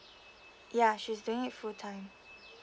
ya she's doing a full time